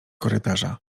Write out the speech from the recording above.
korytarza